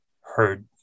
heard